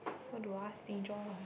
what do I stinge on